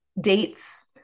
dates